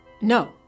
No